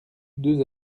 deux